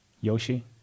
Yoshi